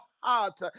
heart